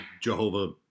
Jehovah